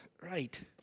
right